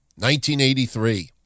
1983